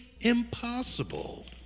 impossible